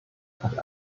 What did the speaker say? that